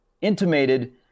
intimated